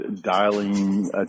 dialing